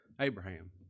Abraham